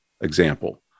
example